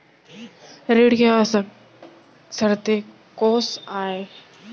ऋण के आवश्यक शर्तें कोस आय?